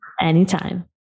Anytime